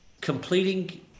completing